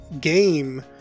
game